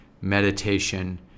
meditation